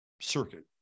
circuit